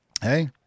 Hey